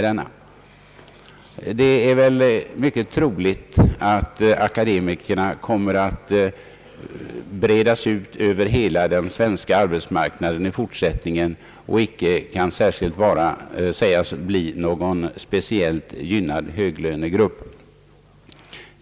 Det är mycket troligt att akademikerna kommer att spridas ut över hela den svenska arbetsmarknaden i fortsättningen och icke kan sägas bli någon speciellt gynnad höglönegrupp.